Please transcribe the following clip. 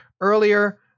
earlier